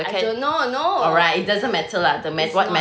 I don't know no is not